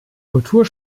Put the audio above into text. kultur